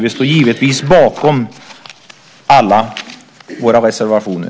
Vi står givetvis bakom alla våra reservationer.